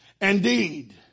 Indeed